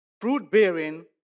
Fruit-bearing